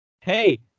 Hey